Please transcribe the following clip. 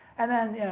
and then,